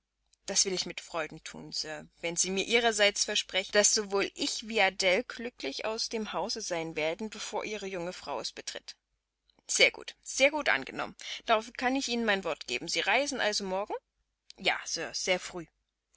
das will ich mit freuden thun sir wenn sie mir ihrerseits versprechen daß sowohl ich wie adele glücklich aus dem hause sein werden bevor ihre junge frau es betritt sehr gut sehr gut angenommen darauf kann ich ihnen mein wort geben sie reisen also morgen ja sir sehr früh